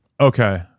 Okay